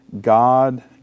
God